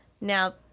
Now